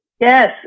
Yes